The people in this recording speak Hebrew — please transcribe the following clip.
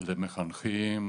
למחנכים,